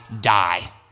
die